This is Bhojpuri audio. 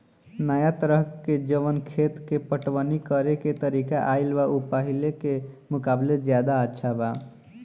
नाया तरह के जवन खेत के पटवनी करेके तरीका आईल बा उ पाहिले के मुकाबले ज्यादा अच्छा बा